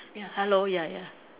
ya hello ya ya